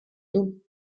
dôme